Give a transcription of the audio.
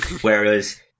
Whereas